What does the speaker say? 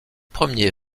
premiers